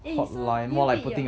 eh so did you meet you